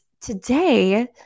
today